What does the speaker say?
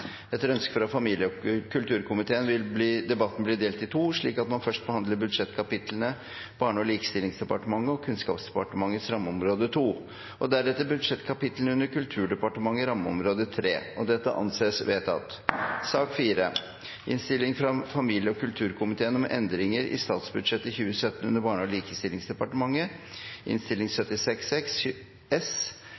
Etter ønske fra familie- og kulturkomiteen vil presidenten foreslå at debatten blir delt i to, slik at man først behandler budsjettkapitlene under Barne- og likestillingsdepartementet og Kunnskapsdepartementet, rammeområde 2, og deretter budsjettkapitlene under Kulturdepartementet, rammeområde 3. – Det anses vedtatt. Etter ønske fra familie- og kulturkomiteen vil presidenten foreslå at hver del av